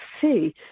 see